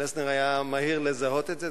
פלסנר היה מהיר לזהות את זה,